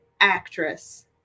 actress